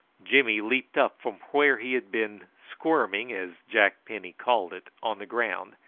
jimmy leaped up from where he had been squirming, as jack penny called it, on the ground,